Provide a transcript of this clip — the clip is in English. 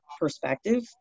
perspective